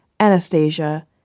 Anastasia